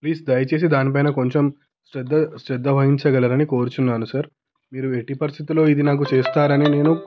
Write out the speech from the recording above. please దయచేసి దాని పైన కొంచెం శ్రద్ధ శ్రద్ధ వహించగలరని కోరుచున్నాను సార్ మీరు ఎట్టి పరిస్థితిలో ఇది నాకు చేస్తారని నేను